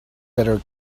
better